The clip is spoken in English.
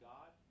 God